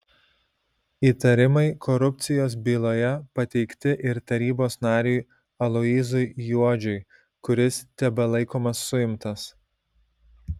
įtarimai korupcijos byloje pateikti ir tarybos nariui aloyzui juodžiui kuris tebelaikomas suimtas